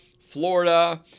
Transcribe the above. Florida